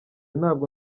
ntabwo